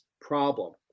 problem